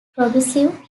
progressive